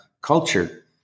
culture